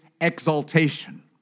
exaltation